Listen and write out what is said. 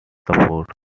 support